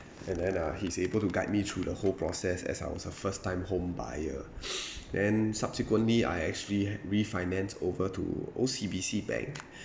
and then ah he's able to guide me through the whole process as I was the first time home buyer then subsequently I actually refinanced over to O_C_B_C bank